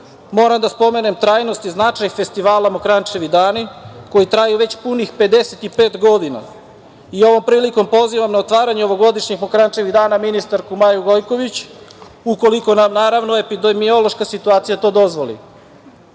moram da spomenem trajnost i značaj festivala „Mokranjčevi dani“ koji traju već punih 55 godina i ovom prilikom pozivam na otvaranje ovogodišnjih „Mokranjčevih dana“ ministarku Maju Gojković, ukoliko nam naravno epidemiološka situacija do